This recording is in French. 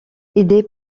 aidé